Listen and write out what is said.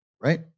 right